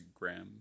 instagram